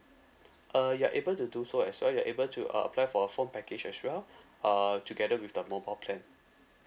uh you are able to do so as well you're able to uh apply for phone package as well uh together with the mobile plan